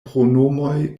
pronomoj